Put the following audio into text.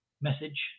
message